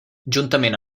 juntament